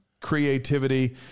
creativity